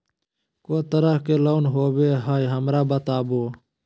को तरह के लोन होवे हय, हमरा बताबो?